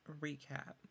recap